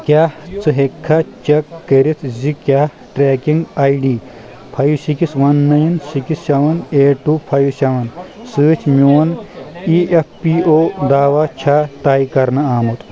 کیٛاہ ژٕ ہیٚکھا چیٚک کٔرتھ زِ کیٛاہ tracking I D five six one nine six seven eight two five seven سۭتۍ میون ایی ایف پی او داواہ چھےٚ طے کَرنہٕ آمُت